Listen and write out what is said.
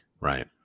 Right